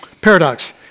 Paradox